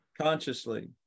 consciously